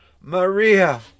Maria